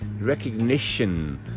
recognition